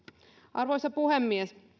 arvoisa puhemies